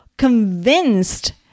convinced